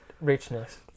richness